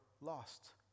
lost